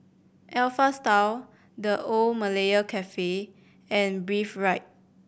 Alpha Style The Old Malaya Cafe and Breathe Right